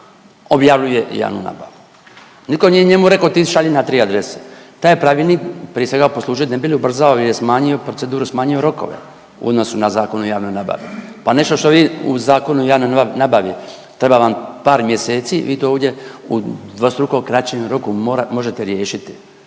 objavljuje javnu nabavu, niko nije njemu rekao ti šalji na tri adrese. Taj je Pravilnik prije svega poslužio ne bi li ubrzao ili smanjio proceduru, smanjio rokove u odnosu na Zakon o javnoj nabavi. Pa nešto što vi u Zakonu o javnoj nabavi treba vam par mjeseci vi to ovdje u dvostruko kraćem roku mora, možete riješiti,